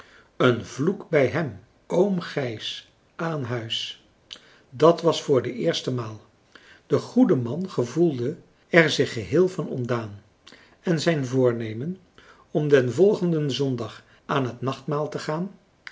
een vloek bij hem oom gijs aan huis dat was voor de eerste maal de goede man gevoelde er zich geheel van ontdaan en zijn voornemen om den volgenden zondag aan het nachtmaal te gaan